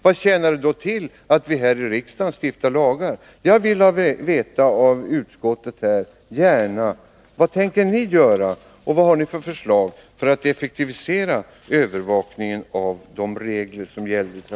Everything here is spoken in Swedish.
Vad tjänar det då till att vi här i riksdagen stiftar lagar?